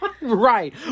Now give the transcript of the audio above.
Right